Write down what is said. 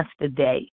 yesterday